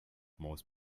most